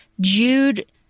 Jude